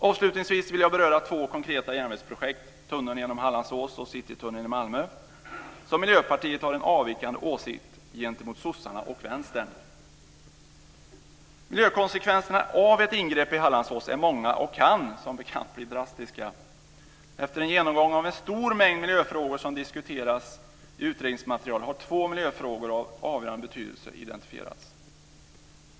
Avslutningsvis vill jag beröra två konkreta järnvägsprojekt - tunneln genom Hallandsås och Citytunneln i Malmö - där Miljöpartiet har en avvikande åsikt gentemot Socialdemokraterna och Vänstern. Miljökonsekvenserna av ett ingrepp i Hallandsås är många och kan, som bekant, bli drastiska. Efter en genomgång av en stor mängd miljöfrågor som diskuteras i utredningsmaterialet har två miljöfrågor av avgörande betydelse identifierats.